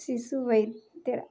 ಶಿಶು ವೈದ್ಯರ